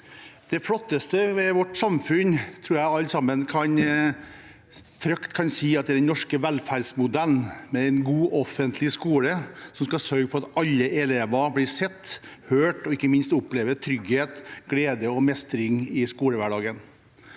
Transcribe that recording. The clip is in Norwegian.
Det flotteste ved vårt samfunn tror jeg alle sammen trygt kan si er den norske velferdsmodellen, med en god offentlig skole som skal sørge for at alle elever blir sett og hørt og ikke minst opplever trygghet, glede og mestring i skolehverdagen.